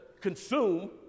consume